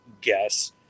guess